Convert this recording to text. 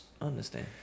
Understand